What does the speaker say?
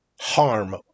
harm